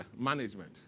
management